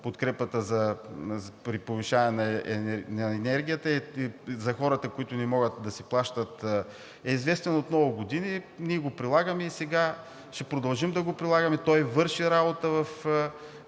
подкрепата при повишаване цените на енергията за хората, които не могат да си плащат, е известен от много години – го прилагаме сега, ще продължим да го прилагаме. Той върши работа в